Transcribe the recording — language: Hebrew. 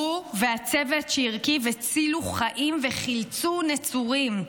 הוא והצוות שהרכיב הצילו חיים וחילצו נצורים.